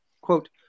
Quote